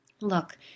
Look